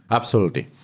absolutely.